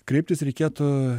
kreiptis reikėtų